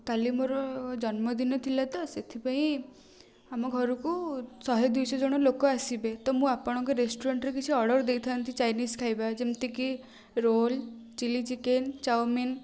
କାଲି ମୋର ଜନ୍ମଦିନ ଥିଲା ତ ସେଥିପାଇଁ ଆମ ଘରକୁ ଶହେ ଦୁଇ ଶହ ଜଣ ଲୋକ ଆସିବେ ତ ମୁଁ ଆପଣଙ୍କ ରେଷ୍ଟୁରାଣ୍ଟରେ କିଛି ଅର୍ଡ଼ର ଦେଇଥାନ୍ତି ଚାଇନିଜ୍ ଖାଇବା ଯେମିତିକି ରୋଲ୍ ଚିଲି ଚିକେନ୍ ଚାଓମିନ୍